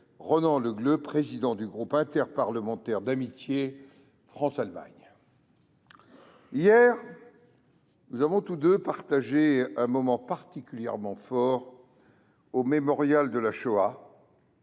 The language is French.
Ronan Le Gleut, président du groupe interparlementaire d’amitié France Allemagne. Hier, nous avons tous deux partagé un moment particulièrement fort au mémorial de la Shoah,